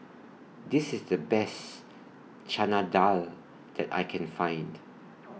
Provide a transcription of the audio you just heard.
This IS The Best Chana Dal that I Can Find